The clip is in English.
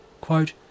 Quote